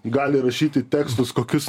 gali rašyti tekstus kokius